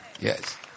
Yes